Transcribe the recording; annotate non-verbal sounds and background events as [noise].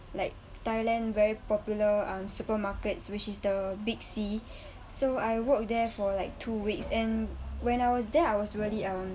like thailand very popular um supermarkets which is the big C [breath] so I work there for like two weeks and when I was there I was really um